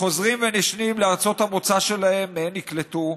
חוזרים ונשנים לארצות המוצא שלהם שמהן נמלטו.